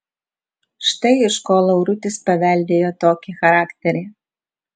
štai iš ko laurutis paveldėjo tokį charakterį